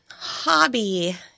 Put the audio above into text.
hobby